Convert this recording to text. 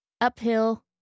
uphill